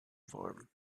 farm